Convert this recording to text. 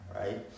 right